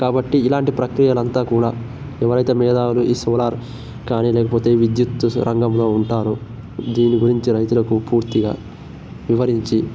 కాబట్టి ఇలాంటి ప్రక్రియనంత కూడా ఎవరైతే మేధావులు ఈ సోలార్ కాని లేకపోతే విద్యుత్ సొ రంగంలో ఉంటారో దీని గురించి రైతులకు పూర్తిగా వివరించి